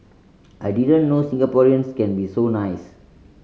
I didn't know Singaporeans can be so nice